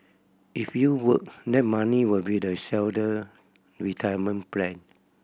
if you would that money will be the seller retirement plan